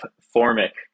Formic